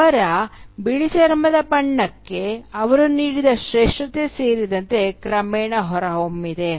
ಅವರ ಬಿಳಿ ಚರ್ಮದ ಬಣ್ಣಕ್ಕೆ ಅವರು ನೀಡಿದ ಶ್ರೇಷ್ಠತೆ ಸೇರಿದಂತೆ ಕ್ರಮೇಣ ಹೊರಹೊಮ್ಮಿದೆ